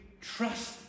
trust